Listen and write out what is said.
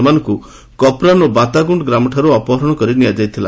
ସେମାନଙ୍କୁ କପ୍ରାନ ଓ ବାତାଗୁଣ୍ଡ ଗ୍ରାମଠାରୁ ଅପହରଣ କରିନିଆଯାଇଥିଲା